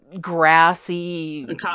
grassy